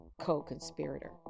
co-conspirator